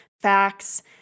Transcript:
facts